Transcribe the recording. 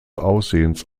aussehens